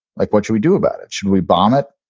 like what should we do about it? should we bomb it?